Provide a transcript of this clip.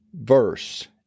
verse